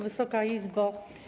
Wysoka Izbo!